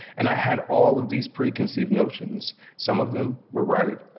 and i had all of these preconceived notions. some of them were right,